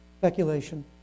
Speculation